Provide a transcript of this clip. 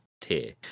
tier